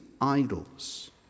idols